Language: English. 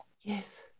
yes